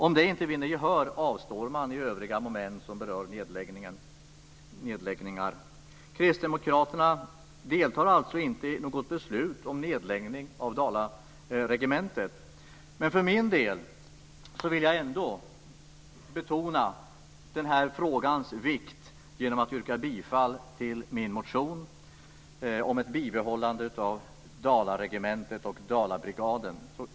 Om det inte vinner gehör avstår vi i övriga moment som berör nedläggningar. Kristdemokraterna deltar alltså inte i något beslut om nedläggning av Dalregementet. Men för min del vill jag ändå betona den här frågans vikt genom att yrka bifall till min motion om ett bibehållande av Dalregementet och Dalabrigaden.